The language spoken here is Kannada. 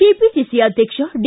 ಕೆಪಿಸಿಸಿ ಅಧ್ಯಕ್ಷ ಡಿ